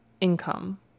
income